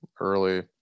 early